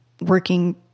working